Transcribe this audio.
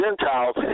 Gentiles